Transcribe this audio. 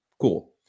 Cool